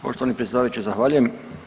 Poštovani predsjedavajući zahvaljujem.